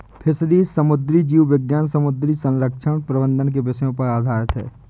fisheries समुद्री जीव विज्ञान समुद्री संरक्षण प्रबंधन के विषयों पर आधारित है